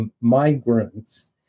migrants